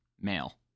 male